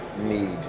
need